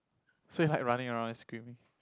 so you hard running around and swimming